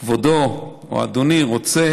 כבודו, אדוני רוצה